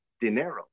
dinero